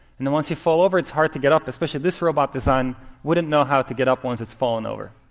and then once you fall over, it's hard to get up. especially, this robot design wouldn't know how to get up once it's fallen over.